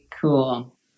cool